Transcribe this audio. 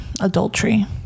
adultery